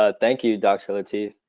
ah thank you dr. lateef.